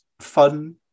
fun